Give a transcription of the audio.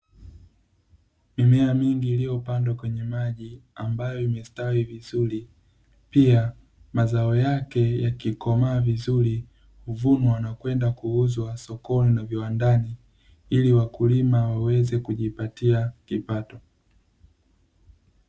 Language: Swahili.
Mimea mingi iliyopandwa kwenye maji, ambayo imesitawi vizuri. Pia, mazao yake yakikomaa vizuri, huvunwa na kwenda kuuzwa sokoni na viwandani, ili wakulima waweze kujipatia kipato.